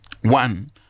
One